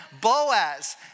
Boaz